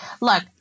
Look